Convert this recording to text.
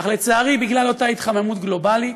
אך לצערי, בגלל אותה התחממות גלובלית,